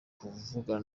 kuvugana